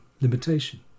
limitation